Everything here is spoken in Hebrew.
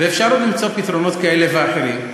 ואפשר עוד למצוא פתרונות כאלה ואחרים.